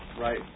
right